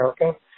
America